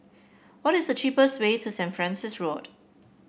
what is the cheapest way to Saint Francis Road